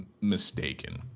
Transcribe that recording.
mistaken